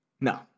No